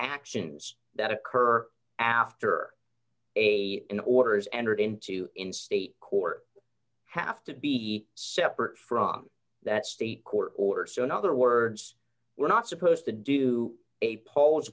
actions that occur after a an order is entered into in state court have to be separate from that state court order so in other words we're not supposed to do a pol